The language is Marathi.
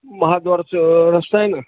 महाद्वाराचं रस्ता आहे ना